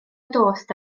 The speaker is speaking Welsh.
dost